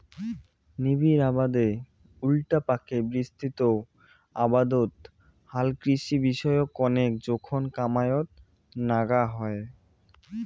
নিবিড় আবাদের উল্টাপাকে বিস্তৃত আবাদত হালকৃষি বিষয়ক কণেক জোখন কামাইয়ত নাগা হই